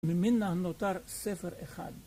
ממנה נותר ספר אחד